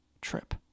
trip